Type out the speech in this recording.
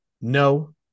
No